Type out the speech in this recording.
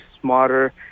smarter